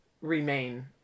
remain